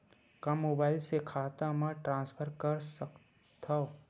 का मोबाइल से खाता म ट्रान्सफर कर सकथव?